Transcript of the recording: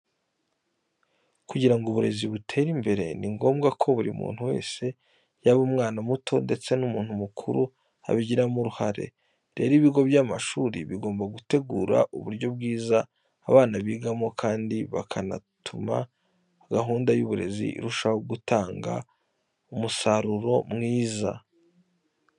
Kugira ngo uburezi butere imbere ni ngombwa ko buri muntu wese yaba umwana muto ndetse n'umuntu mukuru abigiramo uruhare. Rero ibigo by'amashuri bigomba gutegura uburyo bwiza abana bigamo kandi bakanatuma gahunda y'uburezi irushaho gutanga umusaruro mwiza.